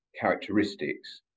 characteristics